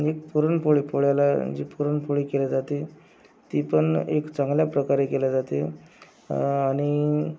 मी पुरणपोळी पोळ्याला जी पुरणपोळी केली जाते ती पण एक चांगल्या प्रकारे केली जाते आणि